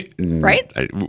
right